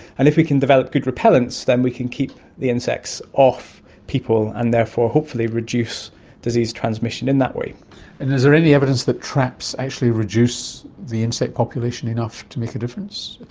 and if we can develop good repellents then we can keep the insects off people and therefore hopefully reduce disease transmission in that way. and is there any evidence that traps actually reduce the insect population enough to make a difference,